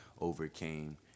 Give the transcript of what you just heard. overcame